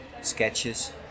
sketches